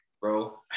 bro